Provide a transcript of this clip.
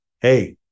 Hey